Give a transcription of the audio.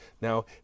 now